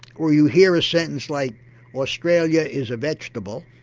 or you hear a sentence like australia is a vegetable,